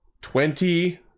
Twenty